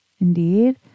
indeed